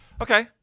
Okay